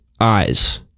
eyes